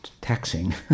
taxing